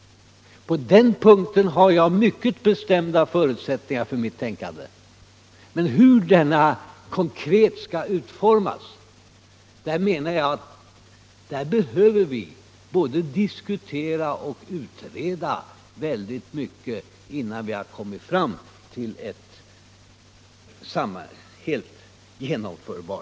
På den punkten har jag mycket bestämda förutsättningar för mitt tänkande. Men för att vi skall komma fram till ett genomförbart system krävs omfattande diskussioner och utredningar.